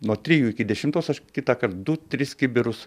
nuo trijų iki dešimtos aš kitąkart du tris kibirus